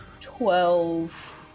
twelve